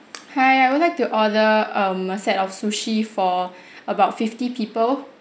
hi I would like to order um set of sushi for about fifty people